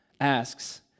asks